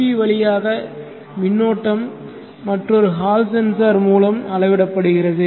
we வழியாக மின்னோட்டம் மற்றொரு ஹால் சென்சார் மூலம் அளவிடப்படுகிறது